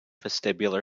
vestibular